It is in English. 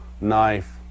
knife